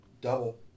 Double